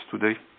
today